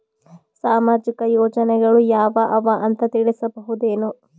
ಸಾಮಾಜಿಕ ಯೋಜನೆಗಳು ಯಾವ ಅವ ಅಂತ ತಿಳಸಬಹುದೇನು?